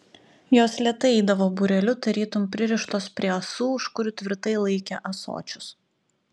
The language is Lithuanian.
jos lėtai eidavo būreliu tarytum pririštos prie ąsų už kurių tvirtai laikė ąsočius